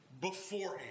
beforehand